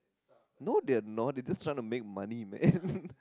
no they are not they just trying to make money man